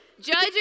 judges